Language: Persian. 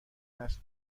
نصب